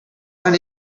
run